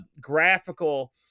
graphical